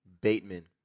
Bateman